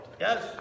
Yes